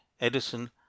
Edison